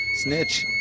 Snitch